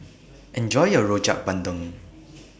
Enjoy your Rojak Bandung